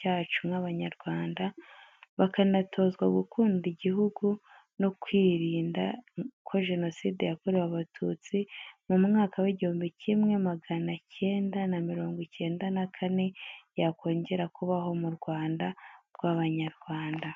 cyacu nk’Abanyarwanda, bakanatozwa gukunda igihugu no kwirinda ko Jenoside yakorewe Abatutsi mu mwaka w’ igihumbi kimwe magana cyenda na mirongo icyenda na kane yakongera kubaho mu Rwanda rw’Abanyarwanda.